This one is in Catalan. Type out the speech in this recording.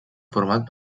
format